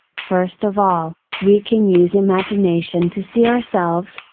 first of all, we can use imagination to see ourselves,